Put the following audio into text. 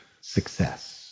success